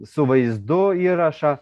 su vaizdu įrašą